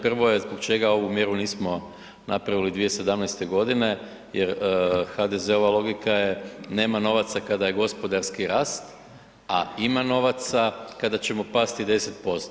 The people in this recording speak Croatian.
Prvo je, zbog čega ovu mjeru nismo napravili 2017.godine jer HDZ-ova logika je nema novaca kada je gospodarski rast, a ima novaca kada ćemo pasti10%